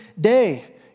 day